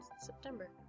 september